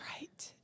Right